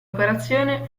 operazione